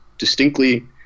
distinctly